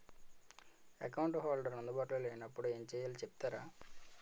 Account holder అందు బాటులో లే నప్పుడు ఎం చేయాలి చెప్తారా?